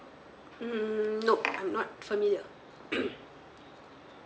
mm nope I'm not familiar